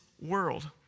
world